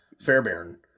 Fairbairn